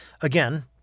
Again